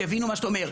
שיבינו מה שאתה אומר,